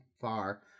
far